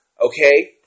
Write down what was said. okay